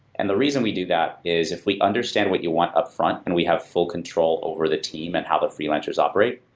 and the reason we do that is if we understand what you want upfront and we have full control over the team and how the freelancers operate,